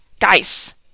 guys